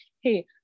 hey